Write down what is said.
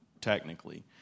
technically